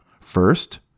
First